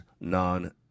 non